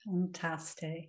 fantastic